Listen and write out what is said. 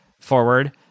forward